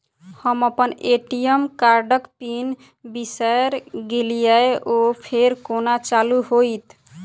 हम अप्पन ए.टी.एम कार्डक पिन बिसैर गेलियै ओ फेर कोना चालु होइत?